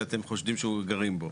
ואתם חושדים שגרים בו.